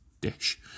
dish